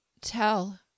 tell